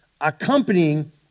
accompanying